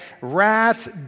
Rats